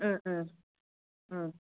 ம் ம் ம்